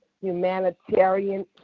humanitarian